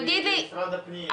למשרד הפנים.